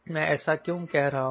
मैं ऐसा क्यों कह रहा हूं